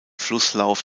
flusslauf